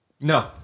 no